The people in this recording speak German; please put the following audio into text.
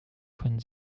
können